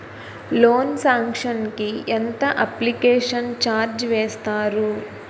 Loan sanction కి ఎంత application charge వేస్తారు?